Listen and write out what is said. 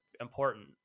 important